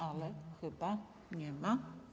Ale chyba nie ma.